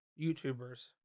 YouTubers